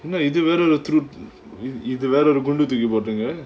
இது வேற ஒரு இது வேற ஒரு குண்டு தூக்கி போடுறீங்க:ithu vera oru ithu vera oru gundu thookki podureenga